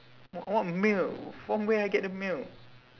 w~ what milk from where I get the milk